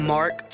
Mark